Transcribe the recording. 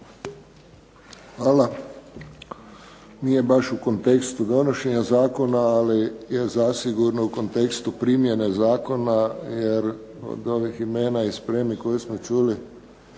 Hvala. Nije baš u kontekstu donošenja zakona, ali je zasigurno u kontekstu primjene zakona, jer od ovih imena i spremi koje smo čuli,